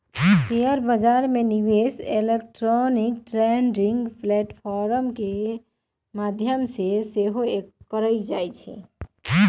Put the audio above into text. share बजार में निवेश इलेक्ट्रॉनिक ट्रेडिंग प्लेटफॉर्म के माध्यम से सेहो कएल जाइ छइ